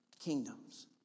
kingdoms